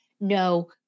no